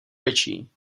ritchie